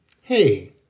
hey